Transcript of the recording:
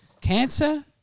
Cancer